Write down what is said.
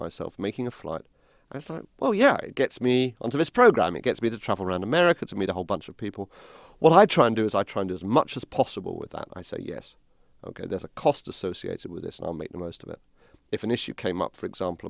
myself making a flight i thought well yeah it gets me on this program it gets me to travel around america to meet a whole bunch of people while i try and do is i tried as much as possible with that i say yes ok there's a cost associated with this and i'll make the most of it if an issue came up for example